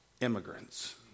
immigrants